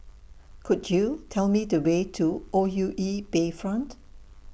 Could YOU Tell Me The Way to O U E Bayfront